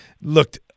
looked